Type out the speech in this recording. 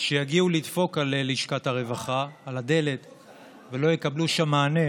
יגיעו לדפוק על דלת לשכת הרווחה ולא יקבלו שם מענה,